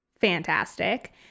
fantastic